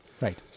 Right